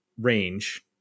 range